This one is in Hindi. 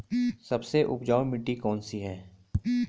सबसे उपजाऊ मिट्टी कौन सी है?